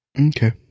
Okay